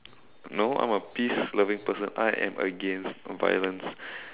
no I am a peace loving person I am against violence